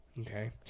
Okay